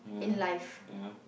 yeah yeah